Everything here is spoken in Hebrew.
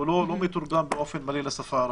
לא מתורגם באופן מלא לשפה הערבית.